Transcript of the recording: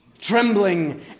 Trembling